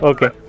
Okay